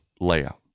layout